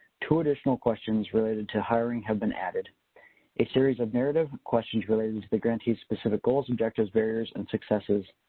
two additional questions related to hiring have been added. in a series of narrative questions related to the grantees specific goals, objectives, barriers, and successes,